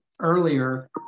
earlier